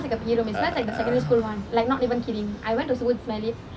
err